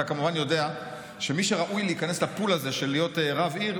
אתה כמובן יודע שמי שראוי להיכנס לפול הזה של להיות רב עיר,